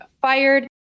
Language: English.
fired